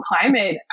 climate